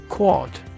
Quad